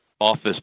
office